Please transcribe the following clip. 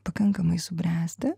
pakankamai subręsti